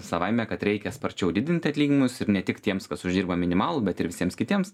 savaime kad reikia sparčiau didinti atlyginimus ir ne tik tiems kas uždirba minimalų bet ir visiems kitiems